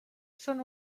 són